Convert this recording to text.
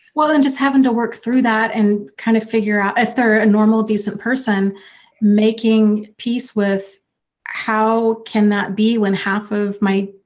well, then just having to work through that and kind of figure out if they're a normal decent person making peace with how can that be when half of my.